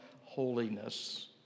holiness